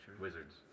Wizards